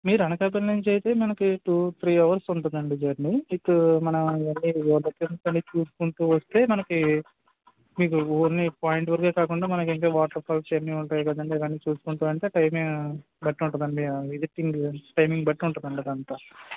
మీరు అనకాపల్లి నుంచి అయితే మనకి టూ త్రీ అవర్స్ ఉంటదండి జర్నీ ఇకు మన అని చూసుకుంటూ వస్తే మనకి మీకు ఓన్లీ పాయింట్ వరకే కాకుండా మనకి ఇంకా వాటర్ ఫాల్స్ ఇవన్నీ ఉంటాయి కదండీ అని చూసుకుంటూ అంటే టైమింగ్ బట్టి ఉంటుందండి విజిటింగ్ టైమింగ్ బట్టి ఉంటుందండి అదంతా